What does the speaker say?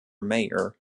mayor